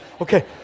Okay